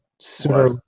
sooner